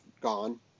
gone